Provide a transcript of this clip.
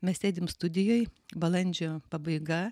mes sėdim studijoj balandžio pabaiga